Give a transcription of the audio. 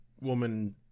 woman